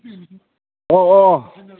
अ अ